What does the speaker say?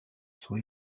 sont